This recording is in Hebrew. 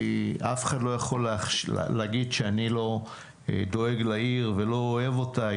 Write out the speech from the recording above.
אף אחד לא יכול להגיד שאני לא דואג לעיר ולא אוהב אותה,